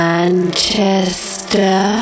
Manchester